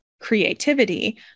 creativity